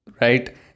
right